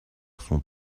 sont